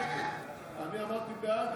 הוא אמר --- אני אמרתי בעד,